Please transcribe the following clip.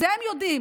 את זה הם יודעים.